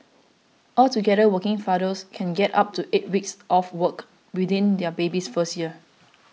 altogether working fathers can get up to eight weeks off work within their baby's first year